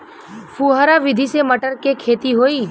फुहरा विधि से मटर के खेती होई